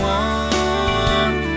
one